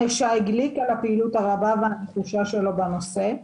וגם לשי גליק על הפעילות הרבה והנחושה שלו בנושא.